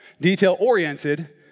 detail-oriented